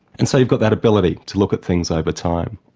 and so you've got that ability to look at things over time.